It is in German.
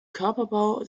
körperbau